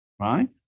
right